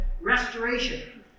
restoration